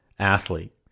athlete